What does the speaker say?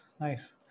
nice